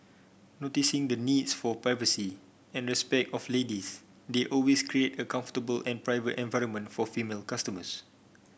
noticing the needs for privacy and respect of ladies they always create a comfortable and private environment for female customers